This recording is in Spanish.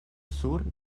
sur